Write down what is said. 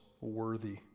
worthy